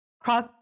Cross